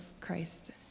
Christ